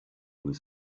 was